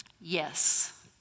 yes